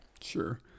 sure